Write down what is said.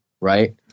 right